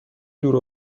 دور